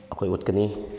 ꯑꯩꯈꯣꯏ ꯎꯠꯀꯅꯤ